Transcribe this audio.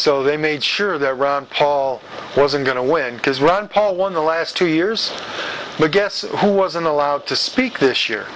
so they made sure that ron paul wasn't going to win because ron paul won the last two years but guess who wasn't allowed to speak this year